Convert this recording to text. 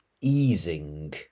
easing